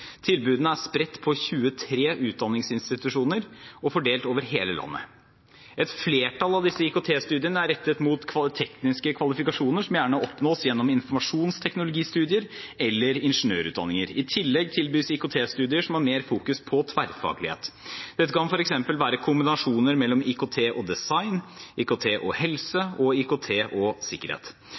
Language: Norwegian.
Tilbudene er spredt på 23 utdanningsinstitusjoner og fordelt over hele landet. Et flertall av disse IKT-studiene er rettet mot tekniske kvalifikasjoner som gjerne oppnås gjennom informasjonsteknologistudier eller ingeniørutdanninger. I tillegg tilbys IKT-studier som har mer fokus på tverrfaglighet. Dette kan f.eks. være kombinasjoner mellom IKT og design, IKT og helse og IKT og sikkerhet.